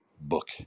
book